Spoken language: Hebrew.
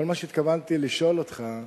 כל מה שהתכוונתי לשאול אותך,